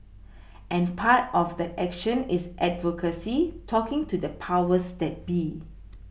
and part of that action is advocacy talking to the powers that be